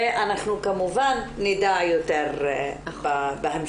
ואנחנו כמובן נדע יותר בהמשך.